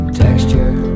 texture